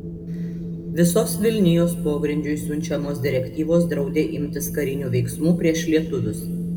visos vilnijos pogrindžiui siunčiamos direktyvos draudė imtis karinių veiksmų prieš lietuvius